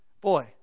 Boy